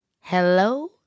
hello